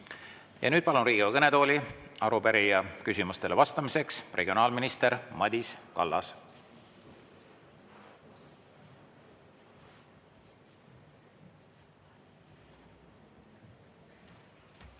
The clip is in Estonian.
Ja nüüd palun Riigikogu kõnetooli arupärija küsimustele vastamiseks regionaalminister Madis Kallase!